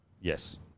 Yes